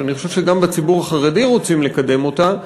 שאני חושב שגם בציבור החרדי רוצים לקדם אותה,